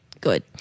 Good